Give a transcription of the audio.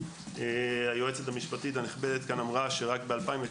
מה שהיועצת המשפטית הנכבדת כאן אמרה, שרק ב-2019,